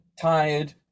tired